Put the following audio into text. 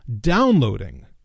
downloading